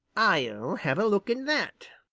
i'll have a look in that.